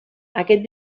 aquest